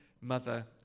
mother